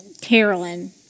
Carolyn